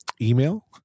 Email